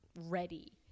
ready